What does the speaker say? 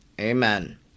Amen